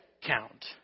count